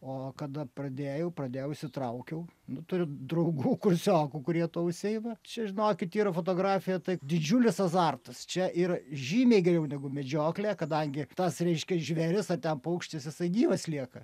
o kada pradėjau pradėjau įsitraukiau nu turiu draugų kursiokų kurie tuo užsiima čia žinokit yra fotografija tai didžiulis azartas čia yra žymiai geriau negu medžioklė kadangi tas reiškia žvėris ar ten paukštis jisai gyvas lieka